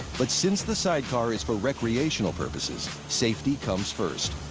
but since the sidecar is for recreational purposes, safety comes first.